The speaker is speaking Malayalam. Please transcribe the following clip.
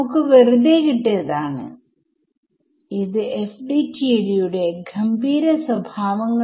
നമ്മൾ 4 നെ 3 യിലേക്ക് സബ്സ്റ്റിട്യൂട്ട് ചെയ്യുന്നു